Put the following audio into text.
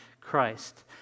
Christ